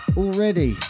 already